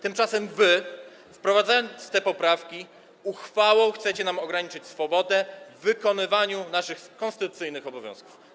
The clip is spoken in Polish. Tymczasem wy, wprowadzając te poprawki, uchwałą chcecie nam ograniczyć swobodę w wykonywaniu naszych konstytucyjnych obowiązków.